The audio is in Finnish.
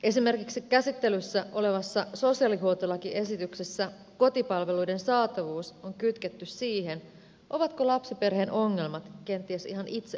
esimerkiksi käsittelyssä olevassa sosiaalihuoltolakiesityksessä kotipalveluiden saatavuus on kytketty siihen ovatko lapsiperheen ongelmat kenties ihan itse aiheutettuja